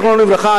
זיכרונו לברכה,